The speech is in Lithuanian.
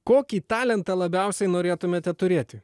kokį talentą labiausiai norėtumėte turėti